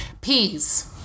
Peas